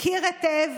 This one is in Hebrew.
מכיר היטב